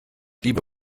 liebe